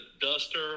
duster